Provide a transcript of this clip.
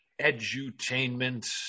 edutainment